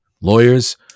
Lawyers